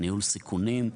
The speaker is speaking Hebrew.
ניהול סיכונים?